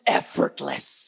effortless